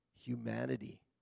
humanity